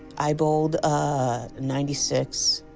i bowled a ninety six.